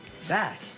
Zach